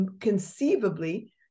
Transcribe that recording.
conceivably